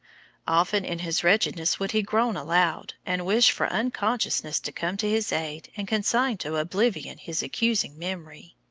often in his wretchedness would he groan aloud, and wish for unconsciousness to come to his aid and consign to oblivion his accusing memory.